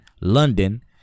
London